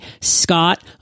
Scott